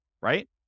right